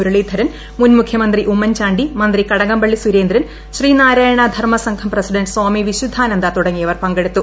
മുരളീധരൻ മുൻ മുഖ്യമന്ത്രി ഉമ്മൻചാണ്ടി മന്ത്രി കടകംപള്ളി സുരേന്ദ്രൻ ശ്രീ നാരായണ ധർമ സംഘം പ്രസിഡന്റ് സ്വാമി വിശുദ്ധാനന്ദ തുടങ്ങിയവർ പങ്കെടുത്തു